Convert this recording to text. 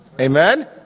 Amen